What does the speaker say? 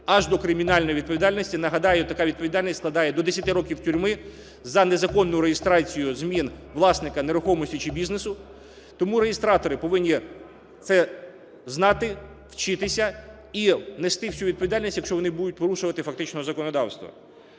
аж до кримінальної відповідальності. Нагадаю, така відповідальність складає до 10 років тюрми за незаконну реєстрацію змін власника нерухомості чи бізнесу. Тому реєстратори повинні це знати, вчитися і нести всю відповідальність, якщо вони будуть порушувати фактично законодавство.